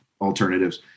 alternatives